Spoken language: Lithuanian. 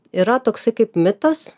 yra toksai kaip mitas